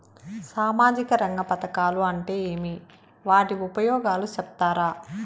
సామాజిక రంగ పథకాలు అంటే ఏమి? వాటి ఉపయోగాలు సెప్తారా?